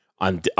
on